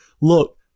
Look